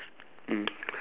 mm